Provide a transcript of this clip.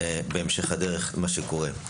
ובהמשך הדרך מה שקורה.